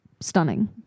stunning